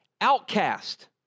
outcast